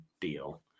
deal